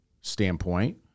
standpoint